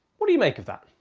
what do you make of that?